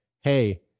hey